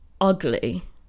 Ugly